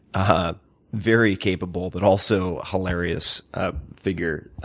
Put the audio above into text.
ah very capable, but also hilarious figure.